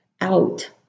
out